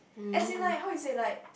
as in like how you say like